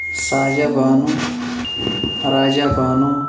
Saja Bano Raja Bano